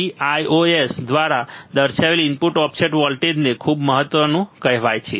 Vios દ્વારા દર્શાવેલ input offset વોલ્ટેજને ખૂબ જ મહત્વનું કહેવાય છે